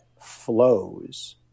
flows